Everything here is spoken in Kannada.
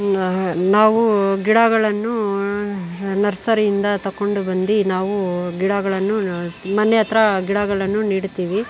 ನಾವು ಗಿಡಗಳನ್ನು ನರ್ಸರಿಯಿಂದ ತಗೊಂಡು ಬಂದು ನಾವು ಗಿಡಗಳನ್ನು ಮನೆ ಹತ್ರ ಗಿಡಗಳನ್ನು ನೆಡ್ತಿವಿ